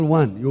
one